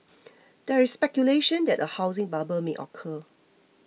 there is speculation that a housing bubble may occur